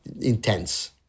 intense